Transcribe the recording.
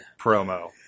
promo